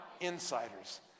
insiders